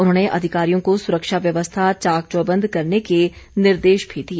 उन्होंने अधिकारियों को सुरक्षा व्यवस्था चाक चौबंद करने के निर्देश भी दिए